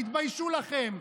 תתביישו לכם.